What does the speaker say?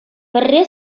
пӗрре